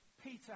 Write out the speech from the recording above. Peter